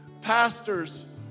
pastors